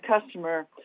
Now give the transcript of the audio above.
customer